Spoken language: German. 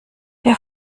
der